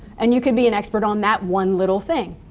and you can be an expert on that one little thing.